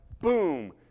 Boom